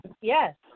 Yes